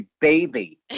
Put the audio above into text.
baby